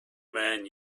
man